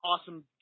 awesome